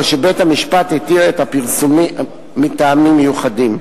או שבית-משפט התיר את הפרסום מטעמים מיוחדים.